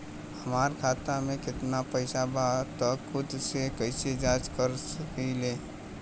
हमार खाता में केतना पइसा बा त खुद से कइसे जाँच कर सकी ले?